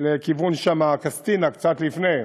מאשקלון לכיוון קסטינה, קצת לפני,